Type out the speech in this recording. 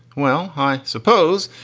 well, i suppose.